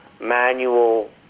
Manual